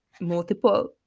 multiple